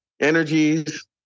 energies